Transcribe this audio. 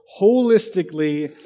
holistically